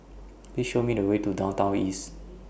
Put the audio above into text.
Please Show Me The Way to Downtown East